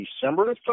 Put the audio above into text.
December